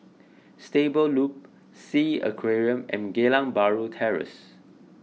Stable Loop Sea Aquarium and Geylang Bahru Terrace